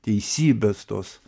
teisybės tos